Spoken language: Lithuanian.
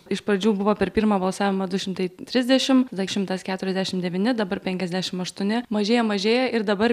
iš pradžių buvo per pirmą balsavimą du šimtai trisdešim šimtas keturiasdešim devyni dabar penkiasdešim aštuoni mažėja mažėja ir dabar